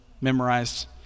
memorized